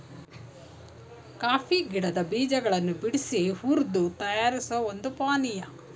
coffee ಗಿಡದ್ ಬೀಜಗಳನ್ ಬಿಡ್ಸಿ ಹುರ್ದು ತಯಾರಿಸೋ ಒಂದ್ ಪಾನಿಯಾ